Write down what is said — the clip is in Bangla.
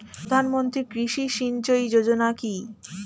প্রধানমন্ত্রী কৃষি সিঞ্চয়ী যোজনা কি?